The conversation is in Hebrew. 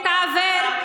התעוור,